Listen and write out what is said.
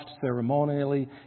ceremonially